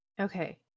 Okay